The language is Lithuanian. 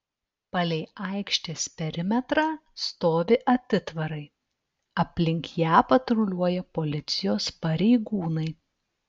palei aikštės perimetrą stovi atitvarai aplink ją patruliuoja policijos pareigūnai